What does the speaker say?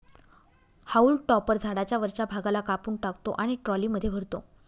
haulm topper झाडाच्या वरच्या भागाला कापून टाकतो आणि ट्रॉलीमध्ये भरतो